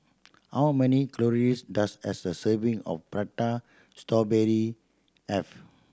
how many calories does a sir serving of Prata Strawberry have